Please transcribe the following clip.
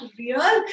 real